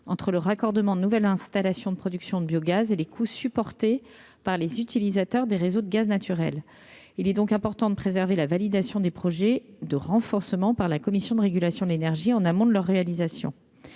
entre le raccordement de nouvelles installations de production de biogaz et les coûts supportés par les utilisateurs des réseaux de gaz naturel. Il est donc important de préserver une validation des projets de renforcement par la Commission de régulation de l'énergie en amont de leur réalisation.